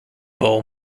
bull